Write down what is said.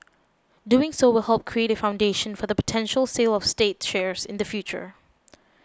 doing so will help create a foundation for the potential sale of state shares in the future